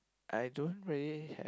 I don't really had